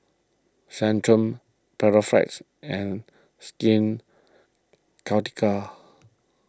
Centrum Panaflex and Skin Ceuticals